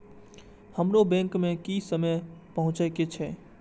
हमरो बैंक में की समय पहुँचे के छै?